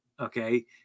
okay